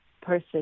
person